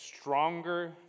stronger